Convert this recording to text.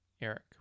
Eric